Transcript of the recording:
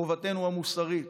חובתנו המוסרית,